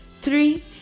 three